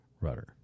rudder